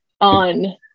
on